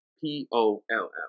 P-O-L-L